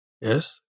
yes